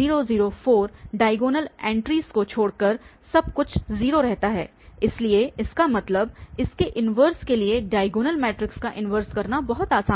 0 0 4 diagonal entries को छोड़कर सब कुछ 0 रहता है इसलिए इसका मतलब इसके इन्वर्स के लिए डायगोनल मैट्रिक्स का इन्वर्स करना बहुत आसान है